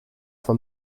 for